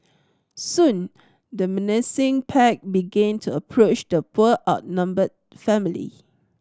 soon the menacing pack began to approach the poor outnumbered family